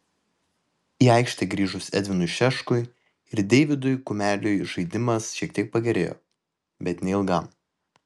į aikštę grįžus edvinui šeškui ir deividui kumeliui žaidimas šiek tiek pagerėjo bet neilgam